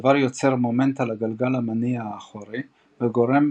הדבר יוצר מומנט על הגלגל המניע-האחורי וגורם